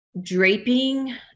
draping